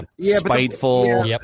spiteful